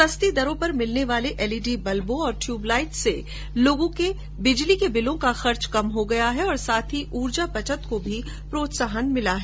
सस्ती दरों पर मिलने वाले एलईडी बल्बों और ट्यूबलाइट से लोगों के बिजली के बिलों का खर्च कम हो गया है और साथ ही ऊर्जा बचत को भी प्रोत्साहन मिला है